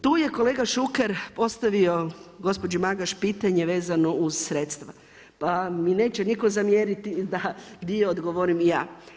Tu je kolega Šuker postavio gospođi Magaš pitanje vezano uz sredstva pa mi neće nitko zamjeriti da dio odgovorim i ja.